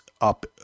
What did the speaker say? up